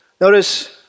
Notice